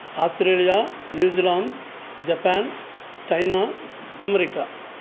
Australia New Zealand Japan China America